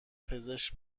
پزشک